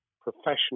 professional